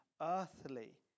earthly